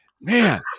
man